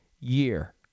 year